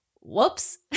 whoops